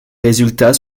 résultats